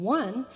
one